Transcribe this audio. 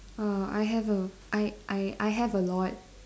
oh I have a I I I have a lot